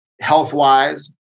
Health-wise